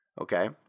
Okay